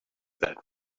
that